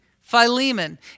Philemon